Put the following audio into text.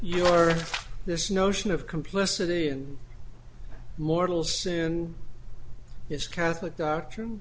you are this notion of complicity in mortal sin it's catholic doctrine